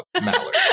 Mallard